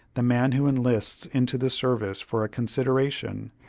the man who enlists into the service for a consideration,